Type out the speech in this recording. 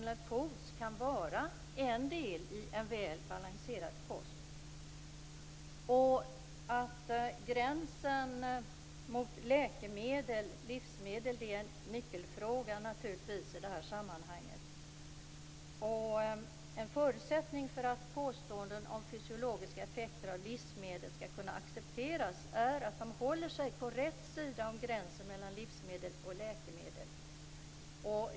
Det kan vara en del i en väl balanserad kost. Gränsen mellan läkemedel och livsmedel är naturligtvis en nyckelfråga i det här sammanhanget. En förutsättning för att påståenden om fysiologiska effekter av livsmedel skall kunna accepteras är att de håller sig på rätt sida av gränsen mellan livsmedel och läkemedel.